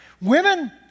Women